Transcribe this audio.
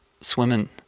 swimming